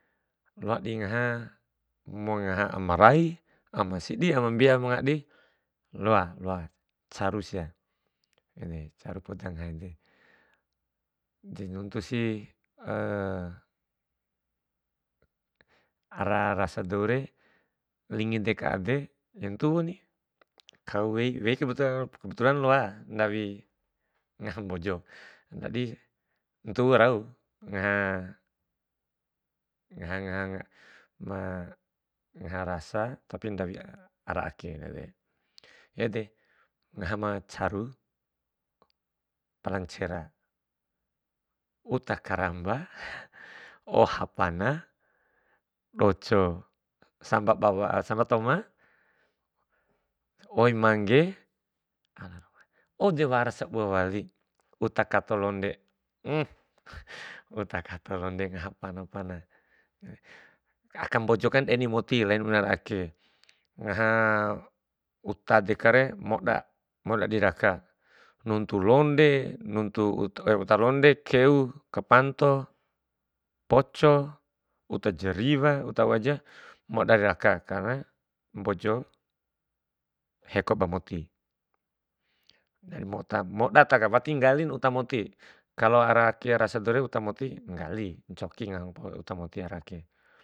Loa di ngaha, mangaha ama rai, ama sidi, ama bia ama ngadi, loa loa caru sia, ede caru poda ngaha ede. De, nuntusi ara rasa doure lingi deka ade de ntuwuni, kau wei, wei kebetulan kebetulan loa ndawi ngaha mbojo ndadi ntuwu rau ngaha, ngaha ngaha ma ngaha rasa tapi ndawi ara ake. Ede ngaha ma caru pala ncera, uta karamba oha pana, doco, samba bawa samba toma, oi mangge o wara sabua wali uta kato londe uta kato londe ngaha pana pana, aka mbojokan eni moti lain bune ara ake. Ngaha uta dekare moda, moda diraka, nuntu londe, nuntu uta londe, keu, kepanto, poco, uta jariwa, uta ou aja, moda diraka karena mbojo heko ba moti mboda ta aka wati nggalin uta moti, kalo ara ake aka rasa doure, uta moti nggali, ncoki raka uta moti.